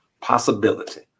possibility